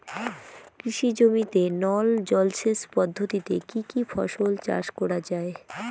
কৃষি জমিতে নল জলসেচ পদ্ধতিতে কী কী ফসল চাষ করা য়ায়?